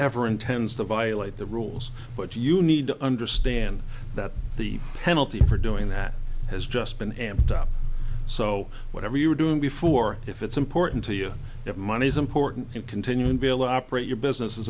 ever intends to violate the rules but you need to understand that the penalty for doing that has just been amped up so whatever you were doing before if it's important to you if money is important in continuing to be able to operate your business is